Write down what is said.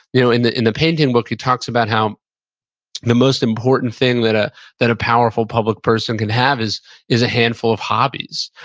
you know in the in the painting book, he talks about how the most important thing that ah that a powerful public person can have is is a handful of hobbies.